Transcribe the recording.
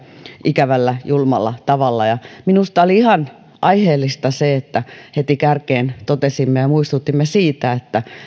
ikävällä julmalla tavalla minusta oli ihan aiheellista se että heti kärkeen totesimme ja muistutimme siitä että